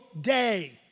day